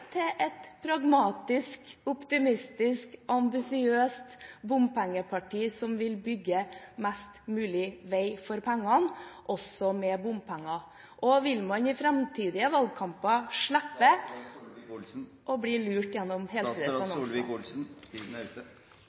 til et pragmatisk optimistisk ambisiøst bompengeparti som vil bygge mest mulig vei for pengene, også med bompenger? Vil man i framtidige valgkamper slippe å bli lurt gjennom